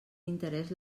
interès